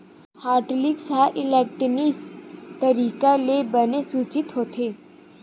hotlist ह electronic तरीका ले बने सूची होथे